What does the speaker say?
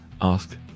ask